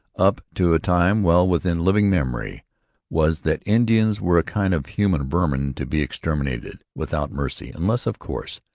up to a time well within living memory was that indians were a kind of human vermin to be exterminated without mercy, unless, of course,